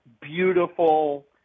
beautiful